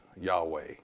Yahweh